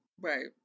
Right